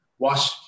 Watch